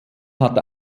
hat